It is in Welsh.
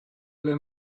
ble